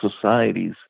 societies